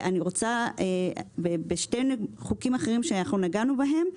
יש שני חוקים אחרים שנגענו בהם.